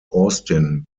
austin